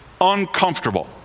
uncomfortable